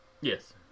Yes